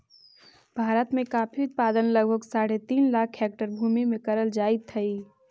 भारत में कॉफी उत्पादन लगभग साढ़े तीन लाख हेक्टेयर भूमि में करल जाइत हई